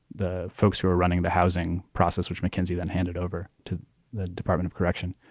the folks who are running the housing process, which mackenzie then handed over to the department of correction.